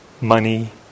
Money